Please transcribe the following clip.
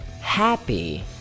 Happy